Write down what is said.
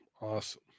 Awesome